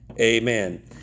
amen